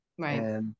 Right